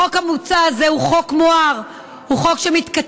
החוק המוצע הזה הוא חוק מואר, הוא חוק שמתכתב